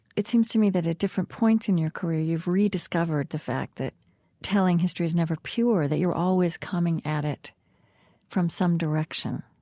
it seems to me that, at different points in your career, you've rediscovered the fact that telling history is never pure, that you're always coming at it from some direction.